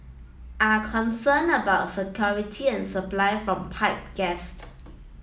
are concerned about security and supply from pipe gas